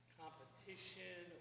competition